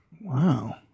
Wow